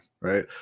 right